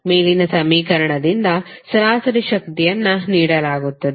ಮೇಲಿನ ಸಮೀಕರಣದಿಂದ ಸರಾಸರಿ ಶಕ್ತಿಯನ್ನು ನೀಡಲಾಗುತ್ತದೆ